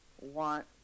want